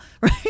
right